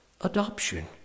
adoption